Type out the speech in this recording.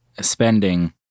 spending